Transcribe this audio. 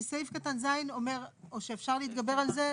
כי סעיף קטן (ז) אומר או שאפשר להתגבר על זה,